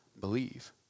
believe